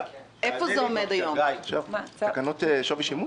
איפה זה עומד היום, מס הקנייה?